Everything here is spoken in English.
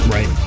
Right